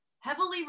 heavily